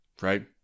right